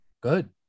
Good